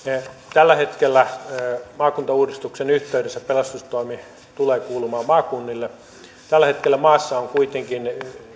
tällä hetkellä maakuntauudistuksen yhteydessä pelastustoimi tulee kuulumaan maakunnille tällä hetkellä maassa on kuitenkin